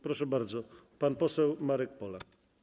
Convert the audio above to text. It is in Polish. Proszę bardzo, pan poseł Marek Polak.